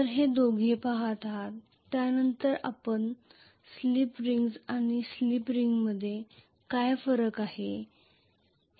तर हे दोघे पहात आहेत त्यानंतर आपण स्लिप रिंग्ज आणि स्प्लिट रिंगमध्ये काय फरक आहे